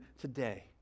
today